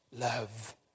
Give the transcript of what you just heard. Love